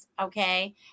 Okay